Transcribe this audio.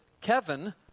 Kevin